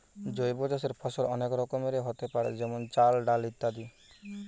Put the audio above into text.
জৈব চাষের ফসল অনেক রকমেরই হোতে পারে যেমন চাল, ডাল ইত্যাদি